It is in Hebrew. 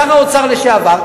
שר האוצר לשעבר,